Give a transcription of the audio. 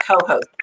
co-host